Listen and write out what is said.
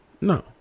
no